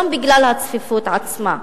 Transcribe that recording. גם בגלל הצפיפות עצמה.